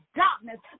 darkness